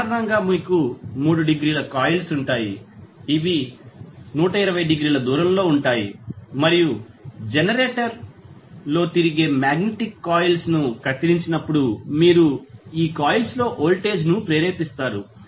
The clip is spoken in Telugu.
సాధారణంగా మీకు 3 డిగ్రీల కాయిల్స్ ఉంటాయి ఇవి 120 డిగ్రీల దూరంలో ఉంటాయి మరియు జనరేటర్ లో తిరిగే మాగ్నెటిక్ కాయిల్లను కత్తిరించినప్పుడు మీరు ఈ కాయిల్స్లో వోల్టేజ్ ను ప్రేరేపిస్తారు